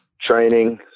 Training